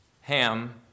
Ham